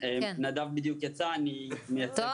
אני לא אחזור